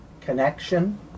connection